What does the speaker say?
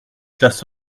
classes